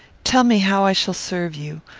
tell me how i shall serve you.